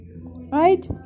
right